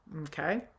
Okay